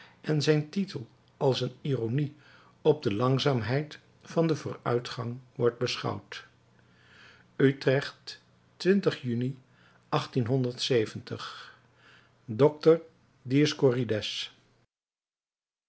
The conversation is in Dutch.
en zijn titel als eene ironie op de langzaamheid van den vooruitgang wordt beschouwd utrecht juni dokter dieri